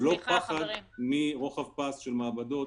באופן עקרוני אני שוב חוזר ואומר: ברוב העולם מי שמגיע ממדינה אדומה,